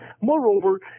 Moreover